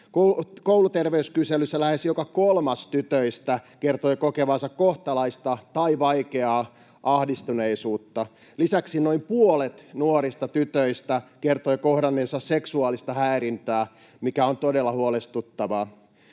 Kouluterveyskyselyssä lähes joka kolmas tytöistä kertoi kokevansa kohtalaista tai vaikeaa ahdistuneisuutta. Lisäksi noin puolet nuorista tytöistä kertoi kohdanneensa seksuaalista häirintää, mikä on todella huolestuttavaa.